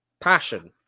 Passion